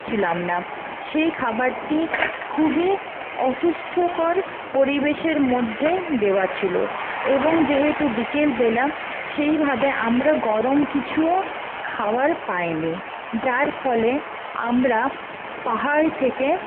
ছিলাম না সেই খাবারটি খুবই অসুস্থকর পরিবেশের মধ্যে দেওয়া ছিলো এবং যেহেতু বিকেলবেলা সেইভাবে আমরা গরম কিছুও খাওয়ার পাইনি যার ফলে আমরা পাহাড় থেকে